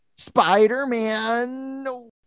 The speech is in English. Spider-Man